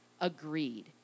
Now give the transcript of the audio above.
agreed